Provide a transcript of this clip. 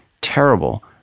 terrible